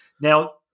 Now